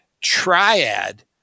triad